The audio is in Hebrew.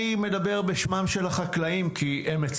אני מדבר בשמם של החקלאים כי הם אמרו